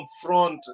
confront